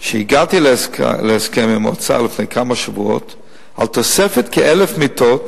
שהגעתי להסכם עם האוצר לפני כמה שבועות על תוספת כ-1,000 מיטות